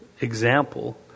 example